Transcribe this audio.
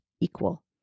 equal